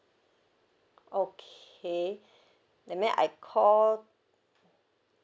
okay that mean I call